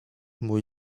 mój